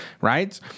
right